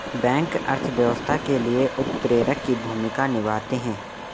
bank अर्थव्यवस्था के लिए उत्प्रेरक की भूमिका निभाते है